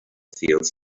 feels